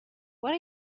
what